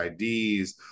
IDs